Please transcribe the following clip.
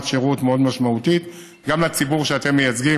שירות מאוד משמעותית גם לציבור שאתם מייצגים,